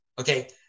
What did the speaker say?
okay